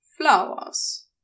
flowers